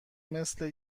مثل